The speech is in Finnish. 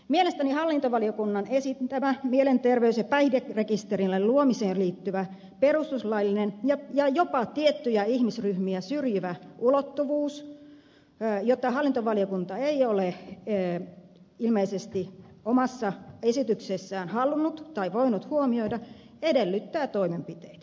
mielestäni hallintovaliokunnan esittämään mielenterveys ja päihderekisterin luomiseen liittyvä perustuslaillinen ja jopa tiettyjä ihmisryhmiä syrjivä ulottuvuus jota hallintovaliokunta ei ole ilmeisesti omassa esityksessään halunnut tai voinut huomioida edellyttää toimenpiteitä